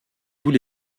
tous